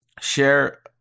share